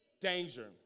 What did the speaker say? Danger